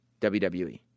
WWE